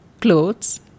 clothes